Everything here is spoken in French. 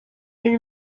une